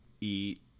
eat